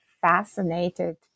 fascinated